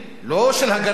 לא של הגנה,